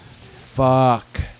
Fuck